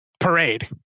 parade